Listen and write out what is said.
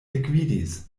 ekvidis